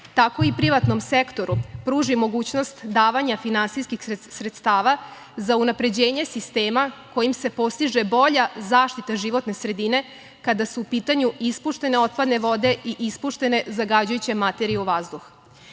tako i privatnom sektoru, pruži mogućnost davanja finansijskih sredstava za unapređenje sistema kojim se postiže bolja zaštita životne sredine, kada su u pitanju ispuštene otpadne vode i ispuštene zagađujuće materije u vazduh. Pred